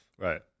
Right